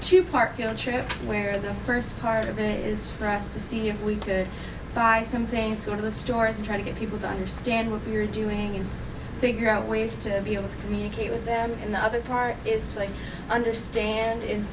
two part field trip where the first part of it is for us to see if we could buy some things going to the stores and try to get people to understand what your doing figure out ways to be able to communicate with them and the other part is to understand